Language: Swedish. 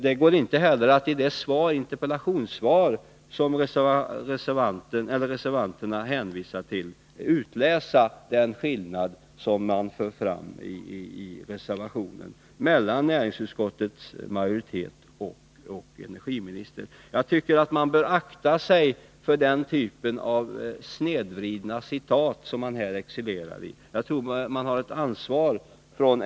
Det går inte heller att av det interpellationssvar som reservanterna hänvisar till utläsa att det skulle finnas en sådan skillnad mellan uppfattningen hos näringsutskottets majoritet och energiministerns uppfattning som det görs gällande i i reservationen. Man bör akta sig för den typ av snedvridna citeringar som reservanterna här excellerar i.